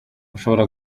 ushobora